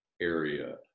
area